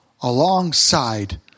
alongside